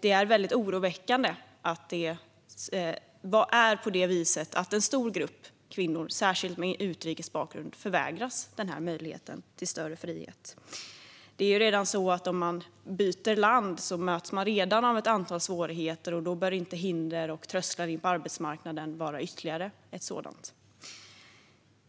Det är väldigt oroväckande att det är på det viset att en stor grupp kvinnor, särskilt med utrikes bakgrund, förvägras denna möjlighet till större frihet. Redan när man byter land möts man av ett antal svårigheter, och hinder och trösklar in på arbetsmarknaden bör inte vara ytterligare en sådan.